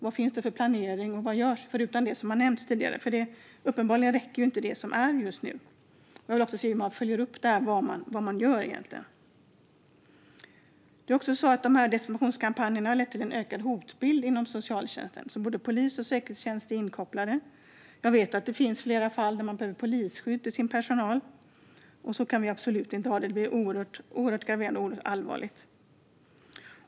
Hur många? Och vad görs och planeras förutom det som har nämnts tidigare? Uppenbarligen räcker inte det som sker. Hur följer man upp det man gör? Dessa desinformationskampanjer har lett till en ökad hotbild inom socialtjänsten, så både polis och säkerhetstjänst är inkopplad. Jag vet att det finns flera fall där personalen behöver polisskydd. Så kan vi absolut inte ha det; det är oerhört allvarligt.